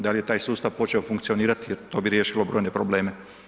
Da li je taj sustav počeo funkcionirati, jer to bi riješilo brojne probleme.